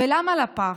ולמה לפח?